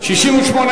לסעיף 2 לא נתקבלה.